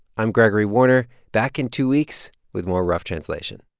i'm gregory warner, back in two weeks with more rough translation